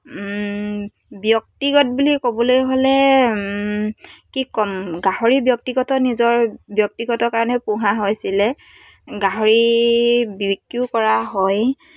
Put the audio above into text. ব্যক্তিগত বুলি ক'বলৈ হ'লে কি ক'ম গাহৰি ব্যক্তিগত নিজৰ ব্যক্তিগত কাৰণে পোহা হৈছিলে গাহৰি বিক্ৰীও কৰা হয়